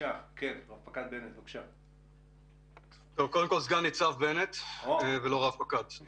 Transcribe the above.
שלום לכולם, אנחנו לא רוצים